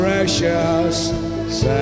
Precious